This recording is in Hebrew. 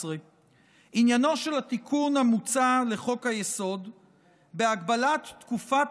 11). עניינו של התיקון המוצע לחוק-היסוד בהגבלת תקופת